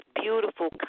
beautiful